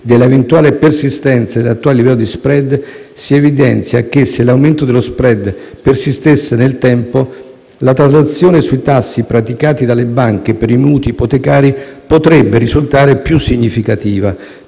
della eventuale persistenza dell'attuale livello di *spread*, si evidenzia che, se l'aumento dello *spread* persistesse nel tempo, la traslazione sui tassi praticati dalle banche per i mutui ipotecari potrebbe risultare più significativa,